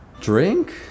Drink